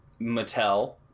Mattel